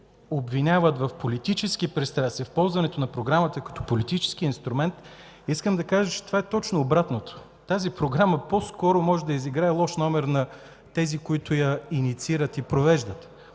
обвиняват в политически пристрастия, използването на програмата като политически инструмент, искам да кажа, че това е точно обратното – тази програма по-скоро може да изиграе лош номер на тези, които я инициират и провеждат.